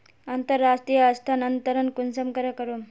अंतर्राष्टीय स्थानंतरण कुंसम करे करूम?